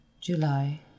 July